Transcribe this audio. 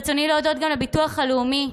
ברצוני להודות גם לביטוח הלאומי,